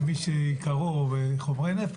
לבצע בדיקה נוספת למי שקרוב לחומרי נפץ,